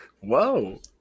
Whoa